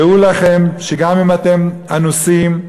דעו לכם שגם אם אתם אנוסים,